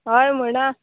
हय म्हणा